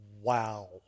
Wow